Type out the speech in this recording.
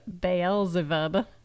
Beelzebub